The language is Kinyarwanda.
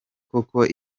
koko